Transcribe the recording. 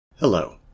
Hello